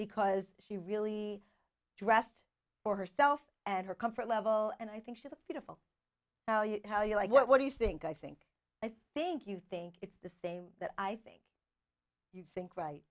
because she really dressed for herself and her comfort level and i think she's beautiful now you know how you like what do you think i think i think you think it's the same that i think you think right